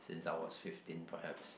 since I was fifteen perhaps